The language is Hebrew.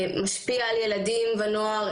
משפיעים על ילדים ונוער,